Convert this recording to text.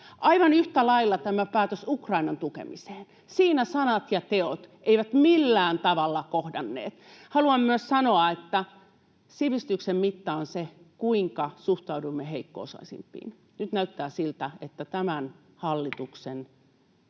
Aivan yhtä lailla tässä päätöksessä Ukrainan tukemiseen sanat ja teot eivät millään tavalla kohdanneet. Haluan myös sanoa, että sivistyksen mitta on se, kuinka suhtaudumme heikko-osaisimpiin. Nyt näyttää siltä, että tämän hallituksen